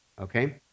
okay